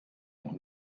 noch